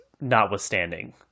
notwithstanding